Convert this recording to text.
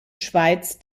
schweiz